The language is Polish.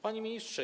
Panie Ministrze!